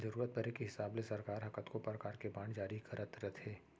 जरूरत परे के हिसाब ले सरकार ह कतको परकार के बांड जारी करत रथे